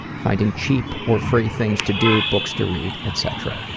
finding cheap or free things to do, books to read, etc.